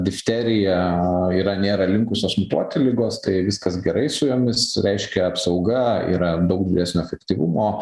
difterija yra nėra linkusios mutuoti ligos tai viskas gerai su jomis reiškia apsauga yra daug didesnio efektyvumo